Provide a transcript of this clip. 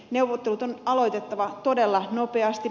neuvottelut on aloitettava todella nopeasti